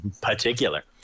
particular